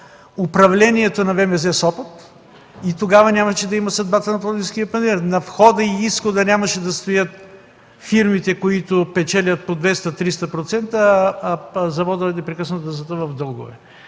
управлението на ВМЗ – Сопот, и тогава нямаше да има съдбата на Пловдивския панаир. На входа и изхода нямаше да стоят фирмите, които печелят по 200 300%, а заводът непрекъснато да затъва в дългове.